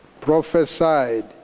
prophesied